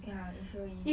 ya israel is